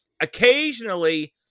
Occasionally